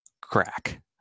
crack